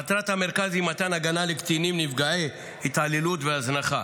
מטרת המרכז היא מתן הגנה לקטינים נפגעי התעללות והזנחה